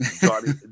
Johnny